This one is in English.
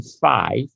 five